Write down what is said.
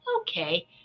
Okay